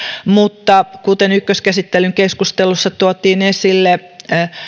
mutta kuten ykköskäsittelyn keskustelussa tuotiin esille